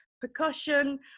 percussion